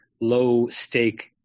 low-stake